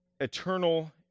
eternal